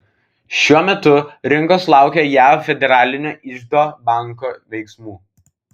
šiuo metu rinkos laukia jav federalinio iždo banko veiksmų